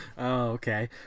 okay